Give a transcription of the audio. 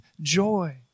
joy